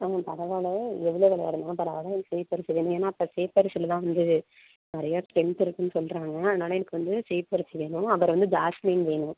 ஆமாம் பரவால்ல எவ்வளோ விலையா இருந்தாலும் பரவாயில்லை எனக்கு சேப்பரிசி வேணும் ஏன்னா இப்போ சேப்பரிசியில தான் வந்து நிறைய ஸ்ட்ரென்த்து இருக்குன்னு சொல்லுறாங்க அதனால் எனக்கு வந்து சேப்பரிசி வேணும் அப்புறோம் வந்து ஜாஸ்மின் வேணும்